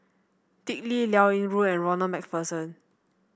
Dick Lee Liao Yingru and Ronald MacPherson